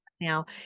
now